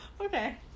Okay